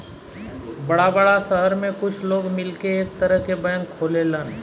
बड़ा बड़ा सहर में कुछ लोग मिलके एक तरह के बैंक खोलेलन